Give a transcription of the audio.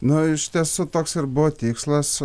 nu iš tiesų toks ir buvo tikslas